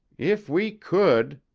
if we could!